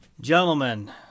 gentlemen